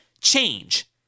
change